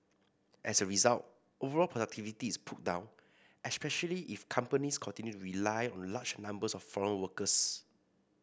as a result overall productivity is pulled down especially if companies continue to rely on large numbers of foreign workers